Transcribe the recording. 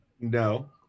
no